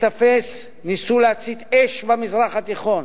ניסו להצית אש במזרח התיכון,